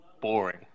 boring